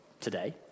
today